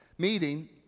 meeting